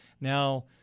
Now